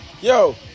Yo